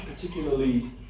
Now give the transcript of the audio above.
particularly